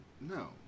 no